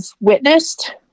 witnessed